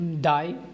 die